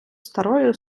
старою